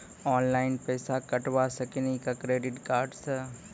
Online पैसा कटवा सकेली का क्रेडिट कार्ड सा?